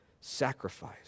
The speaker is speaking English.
sacrifice